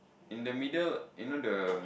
in the middle you know the